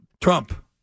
Trump